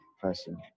person